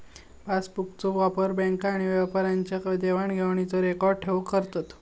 पासबुकचो वापर बॅन्क आणि व्यापाऱ्यांच्या देवाण घेवाणीचो रेकॉर्ड ठेऊक करतत